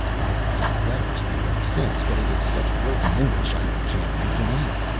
i have had letters from them since, but it is such broken english i can't make it out.